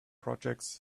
projects